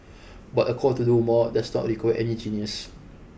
but a call to do more does not require any genius